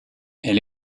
elle